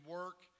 work